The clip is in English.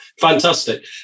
fantastic